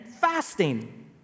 fasting